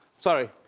sorry.